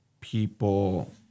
people